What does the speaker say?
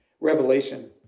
revelation